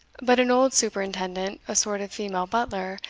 but an old superintendent, a sort of female butler,